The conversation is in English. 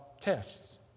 tests